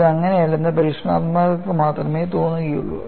ഇത് അങ്ങനെയല്ലെന്ന് പരീക്ഷണാത്മകർക്ക് മാത്രമേ തോന്നിയിട്ടുള്ളൂ